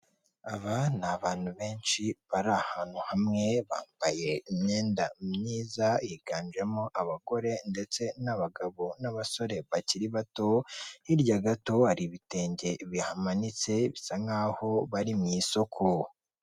Aba ni abantu benshi bari ahantu hamwe bambaye imyenda myiza yiganjemo abagore ndetse n'abagabo n'abasore bakiri bato hirya gato hari ibitenge bihamanitse bisa nkaho bari mu isoko.